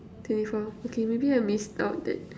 twenty four okay maybe I missed out that